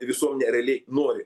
visuomenė realiai nori